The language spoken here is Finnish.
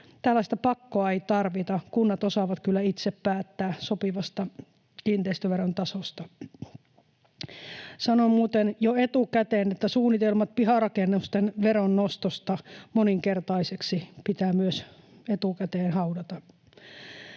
Tällaista pakkoa ei tarvita, kunnat osaavat kyllä itse päättää sopivasta kiinteistöveron tasosta. Sanon muuten jo etukäteen, että suunnitelmat piharakennusten veron nostosta moninkertaiseksi pitää myös etukäteen haudata.